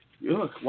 Look